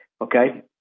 Okay